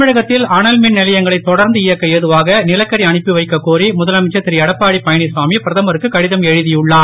தமிழகத்தில் அனல்மின் நிலையங்களைத் தொடர்ந்து இயக்க ஏதுவாக நிலக்கரி அனுப்பிவைக்கக் கோரி முதலமைச்சர் திருஎடப்பாடியழனிச்சாமி பிரதமருக்கு கடிதம் எழுதியுள்ளார்